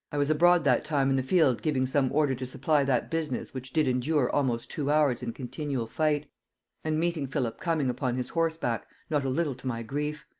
i was abroad that time in the field giving some order to supply that business, which did endure almost two hours in continual fight and meeting philip coming upon his horseback, not a little to my grief.